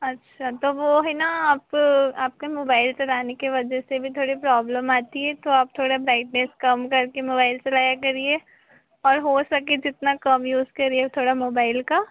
अच्छा तो वह है ना आप आपके मोबाइल चलाने की वजह से भी थोड़ी प्रॉब्लम आती है तो आप थोड़ा ब्राइटनेस कम करके मोबाइल चलाया करिए और हो सके जितना कम यूज़ करिए थोड़ा मोबइल का